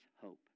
hope